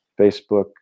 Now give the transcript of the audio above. Facebook